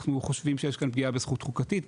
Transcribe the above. חושבים שיש כאן פגיעה בזכות חוקתית,